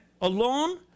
alone